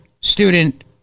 student